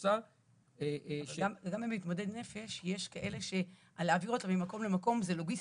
אבל גם למתמודד נפש יש כאלה שלהעביר אותם ממקום למקום זה לוגיסטיקה.